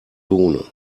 bohne